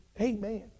Amen